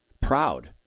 Proud